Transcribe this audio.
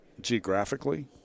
geographically